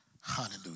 Hallelujah